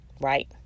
right